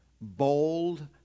bold